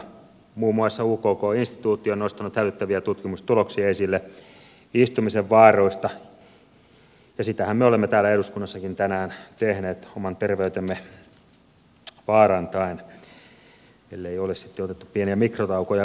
muun muassa ukk instituutti on nostanut hälyttäviä tutkimustuloksia esille istumisen vaaroista ja sitähän me olemme täällä eduskunnassakin tänään tehneet oman terveytemme vaarantaen ellei ole sitten otettu pieniä mikrotaukoja väliin